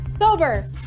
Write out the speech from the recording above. Sober